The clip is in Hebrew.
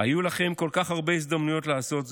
היו לכם כל כך הרבה הזדמנויות לעשות זאת,